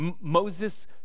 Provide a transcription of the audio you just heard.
Moses